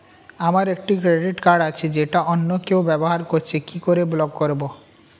আমার একটি credit card আছে যেটা অন্য কেউ ব্যবহার করছে কি করে ব্লক করবো?